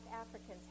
africans